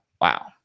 Wow